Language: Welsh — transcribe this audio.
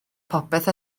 popeth